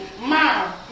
Mom